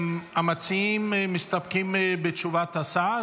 המציעים מסתפקים בתשובת השר